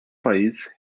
país